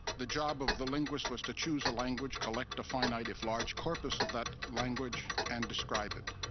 the job of the linguist was to choose a language, collect a finite, if large, corpus of that language and describe it.